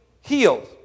healed